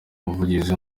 umuvugizi